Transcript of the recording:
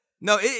No